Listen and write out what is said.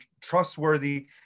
trustworthy